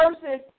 verses